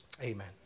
amen